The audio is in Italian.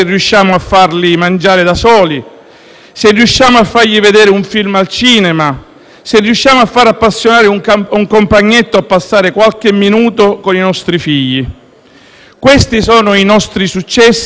se riusciamo a fargli vedere un film al cinema, se riusciamo a fare appassionare un compagnetto a passare qualche minuto con i nostri figli. Questi sono i nostri successi e per noi non valgono meno.